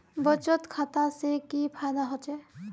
बचत खाता से की फायदा होचे?